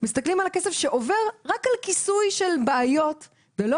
מסתכלים על הכסף שעובר רק על כיסוי של בעיות ולא